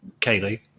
kaylee